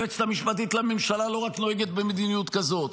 היועצת המשפטית לממשלה לא רק נוהגת במדיניות כזאת,